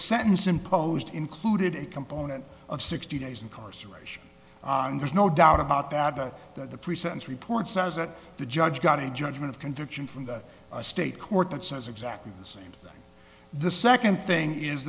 sentence imposed included a component of sixty days incarceration and there's no doubt about that that the pre sentence report says that the judge got a judgment of conviction from the state court that says exactly the same thing the second thing is